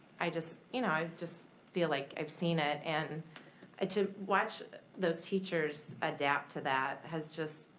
i just you know just feel like i've seen it and ah to watch those teachers adapt to that has just,